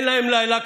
אין להם לילה,